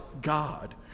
God